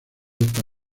esta